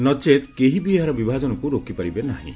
ନଚେତ କେହି ବି ଏହାର ବିଭାଜନକୁ ରୋକିପାରିବେ ନାହିଁ